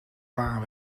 paar